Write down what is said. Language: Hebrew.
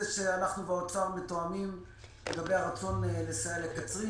שאנחנו והאוצר מתואמים לגבי הרצון לסייע לקצרין.